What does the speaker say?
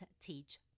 Teach